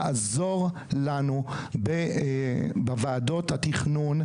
לעזור לנו בוועדות התכנון,